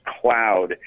cloud